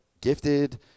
gifted